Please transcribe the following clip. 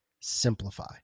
Simplify